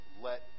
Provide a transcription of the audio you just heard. let